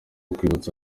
kubitsa